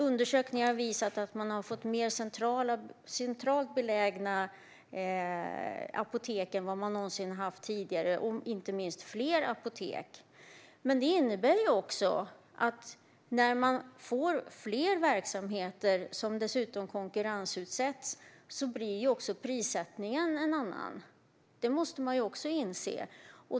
Undersökningar har visat att man har fått mer centralt belägna apotek än vad man någonsin haft tidigare, och inte minst fler apotek. Det innebär att när det blir fler verksamheter, som dessutom konkurrensutsätts, blir också prissättningen en annan. Det måste man inse.